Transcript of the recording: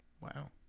Wow